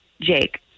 Jake